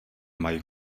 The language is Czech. mají